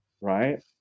Right